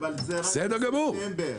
אבל זה רק בספטמבר.